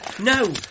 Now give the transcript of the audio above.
No